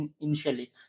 initially